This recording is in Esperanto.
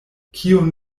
kiun